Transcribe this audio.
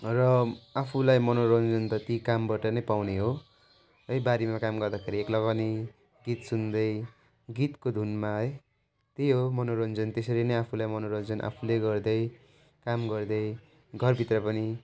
र आफूलाई मनोरञ्जन त ती कामबाट नै पाउने हो है बारीमा काम गर्दाखेरि एक लगनी गीत सुन्दै गीतको धुनमा है त्यही हो मनोरञ्जन त्यसरी नै आफूलाई मनोरञ्जन आफूले गर्दै काम गर्दै घरभित्र पनि